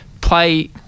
play